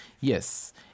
Yes